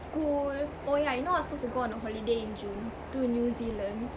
school oh yeah you know I was supposed to go on a holiday in june to New Zealand